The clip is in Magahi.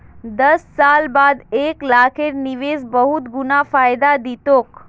दस साल बाद एक लाखेर निवेश बहुत गुना फायदा दी तोक